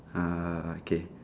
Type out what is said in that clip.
uh okay